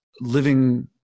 living